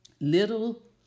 Little